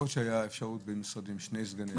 היו תקופות שבהן הייתה אפשרות במשרדים למנות שני סגני שרים.